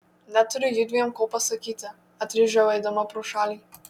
neturiu judviem ko pasakyti atrėžiau eidama pro šalį